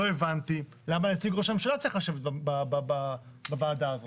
לא הבנתי למה נציג ראש הממשלה צריך לשבת בוועדה הזאת?